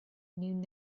knew